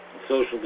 Social